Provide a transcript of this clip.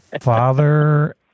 Father